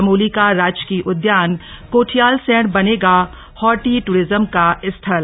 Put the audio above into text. चमोली का राजकीय उद्यान कोठियालसैंण बनेगा हॉर्टि टूरिज्म का स्थल